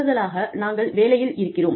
கூடுதலாக நாங்கள் வேலையில் இருக்கிறோம்